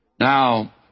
Now